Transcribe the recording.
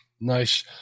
Nice